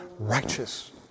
Righteous